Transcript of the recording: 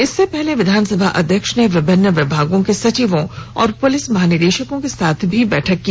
इससे पहले विधानसभा अध्यक्ष ने विभिन्न विभागों के सचियों और पुलिस महानिदेशक के साथ भी बैठक की